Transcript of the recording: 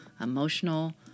emotional